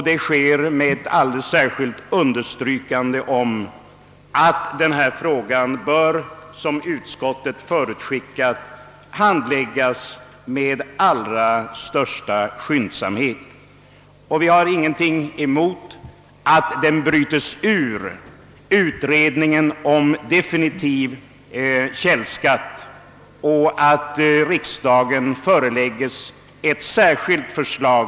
Det sker med ett alldeles särskilt understrykande av att denna fråga — som utskottet förutskickat — bör handläggas med allra största skyndsamhet. Vi har ingenting emot. att den brytes ur utredningen om definitiv källskatt och förelägges riksdagen i ett särskilt förslag.